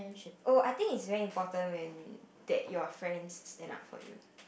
oh I think it's very important when that your friends stand up for you